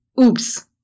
oops